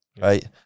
right